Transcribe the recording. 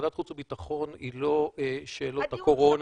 ועדת החוץ והביטחון היא לא שאלות הקורונה.